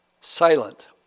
silent